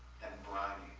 then briny,